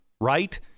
right